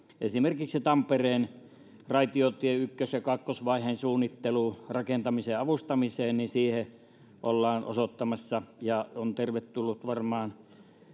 esimerkiksi tampereen raitiotien ykkös ja kakkosvaiheen suunnittelu rakentamisen avustamiseen ollaan osoittamassa se on tervetullutta varmaan edustaja